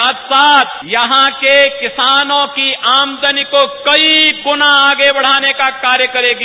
साथ साथ यहां के किसानों की आमदनी को कई गुना आगे बढ़ाने का कार्य करेगी